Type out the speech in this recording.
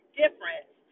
difference